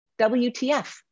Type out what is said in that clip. WTF